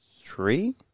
three